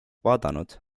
vaadanud